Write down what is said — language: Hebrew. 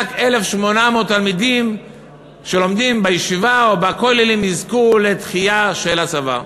רק 1,800 תלמידים שלומדים בישיבה או בכוללים יזכו לדחייה של הצבא.